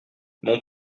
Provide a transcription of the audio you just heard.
mon